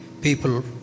people